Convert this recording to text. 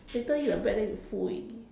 later eat the bread then you full already